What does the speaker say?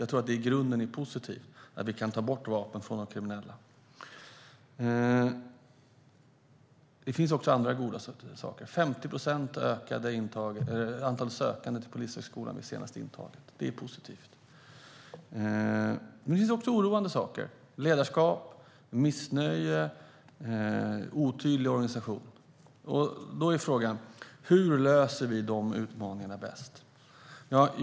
Det är i grunden positivt att vi kan ta bort vapen från de kriminella. Det finns också andra goda saker. Antalet sökande till Polishögskolan ökade 50 procent vid det senaste intaget. Det är positivt. Men det finns också oroande saker: ledarskap, missnöje och otydlig organisation. Då är frågan hur vi löser de utmaningarna bäst.